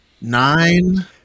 Nine